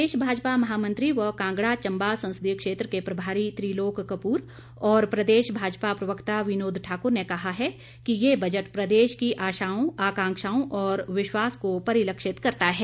प्रदेश भाजपा महामंत्री व कांगड़ा चंबा संसदीय क्षेत्र के प्रभारी त्रिलोक कपूर और प्रदेश भाजपा प्रवक्ता विनोद ठाकुर ने कहा है कि ये बजट प्रदेश की आशाओं आकांक्षाओं और विश्वास को परिलक्षित करता है